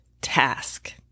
task